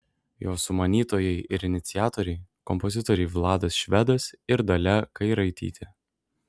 jo sumanytojai ir iniciatoriai kompozitoriai vladas švedas ir dalia kairaitytė